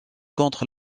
contre